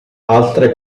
altre